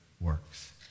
works